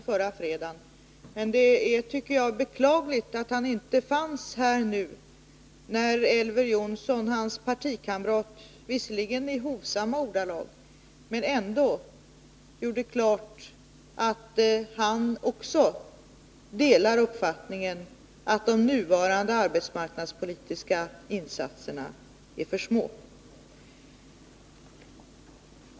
Det är beklagligt, tycker jag, att han inte fanns här när hans partikamrat Elver Jonsson nu — låt vara att det skedde i hovsamma ordalag — gjorde klart att han delar uppfattningen att de nuvarande arbetsmarknadspolitiska insatserna är för små.